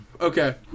Okay